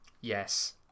Yes